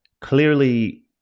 Clearly